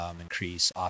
increase